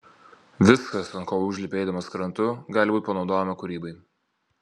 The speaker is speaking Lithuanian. viskas ant ko užlipi eidamas krantu gali būti panaudojama kūrybai